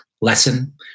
lesson